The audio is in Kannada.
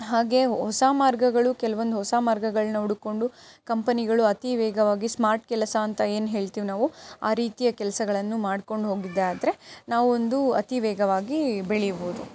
ಹಾಗೇ ಹೊಸ ಮಾರ್ಗಗಳು ಕೆಲ್ವೊಂದು ಹೊಸ ಮಾರ್ಗಗಳನ್ನ ಹುಡುಕಿಕೊಂಡು ಕಂಪನಿಗಳು ಅತಿ ವೇಗವಾಗಿ ಸ್ಮಾರ್ಟ್ ಕೆಲಸ ಅಂತ ಏನು ಹೇಳ್ತೀವಿ ನಾವು ಆ ರೀತಿಯ ಕೆಲಸಗಳನ್ನು ಮಾಡ್ಕೊಂಡು ಹೋಗಿದ್ದೇ ಆದರೆ ನಾವೊಂದು ಅತಿ ವೇಗವಾಗಿ ಬೆಳೆಯಬೋದು